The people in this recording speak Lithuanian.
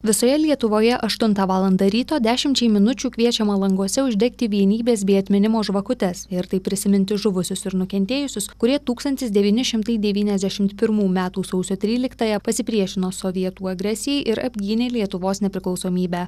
visoje lietuvoje aštuntą valandą ryto dešimčiai minučių kviečiama languose uždegti vienybės bei atminimo žvakutes ir taip prisiminti žuvusius ir nukentėjusius kurie tūkstantis devyni šimtai devyniasdešimt pirmų metų sausio tryliktąją pasipriešino sovietų agresijai ir apgynė lietuvos nepriklausomybę